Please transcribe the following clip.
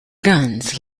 guns